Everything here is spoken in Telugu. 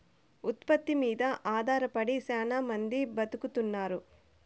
ఉత్పత్తి మీద ఆధారపడి శ్యానా మంది బతుకుతున్నారు